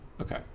okay